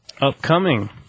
Upcoming